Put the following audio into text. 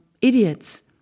idiots